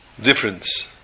difference